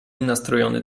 nastrojony